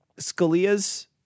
Scalia's